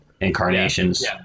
incarnations